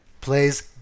plays